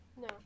no